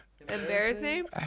Embarrassing